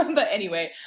um but anyway,